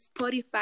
spotify